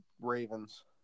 Ravens